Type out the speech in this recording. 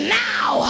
now